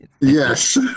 Yes